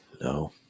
no